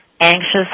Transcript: anxious